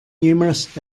numerous